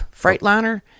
Freightliner